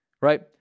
right